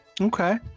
Okay